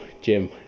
Jim